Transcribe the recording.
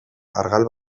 argal